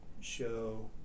show